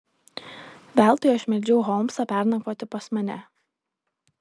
veltui aš meldžiau holmsą pernakvoti pas mane